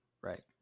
right